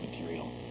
material